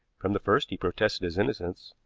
from the first he protested his innocence,